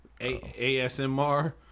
ASMR